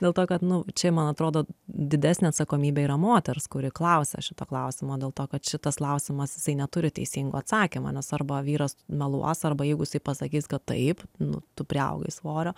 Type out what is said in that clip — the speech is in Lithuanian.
dėl to kad nu čia man atrodo didesnė atsakomybė yra moters kuri klausia šito klausimo dėl to kad šitas klausimas jisai neturi teisingo atsakymo nes arba vyras meluos arba jeigu jisai pasakys kad taip nu tu priaugai svorio